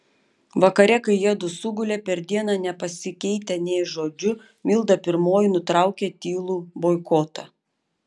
vakare kai jiedu sugulė per dieną nepasikeitę nė žodžiu milda pirmoji nutraukė tylų boikotą